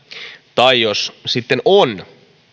tai jos sitten on